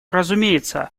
разумеется